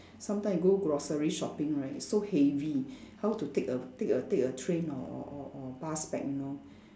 sometimes you go grocery shopping right it's so heavy how to take a take a take a train or or or or bus back you know